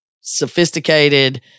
sophisticated